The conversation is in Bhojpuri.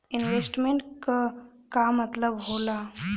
इन्वेस्टमेंट क का मतलब हो ला?